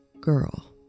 girl